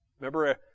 Remember